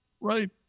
right